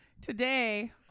today